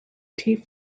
tea